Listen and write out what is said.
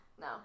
No